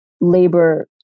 labor